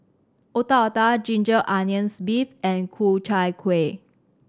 Otak Otak ginger onions beef and Ku Chai Kuih